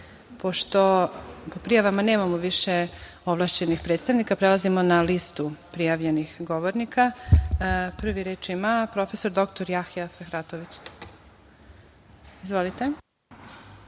po prijavama nema više ovlašćenih predstavnika prelazimo na listu prijavljenih govornika. Reč ima prof. dr Jahija Fehratović. Izvolite.